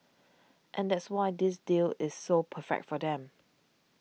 and that's why this deal is so perfect for them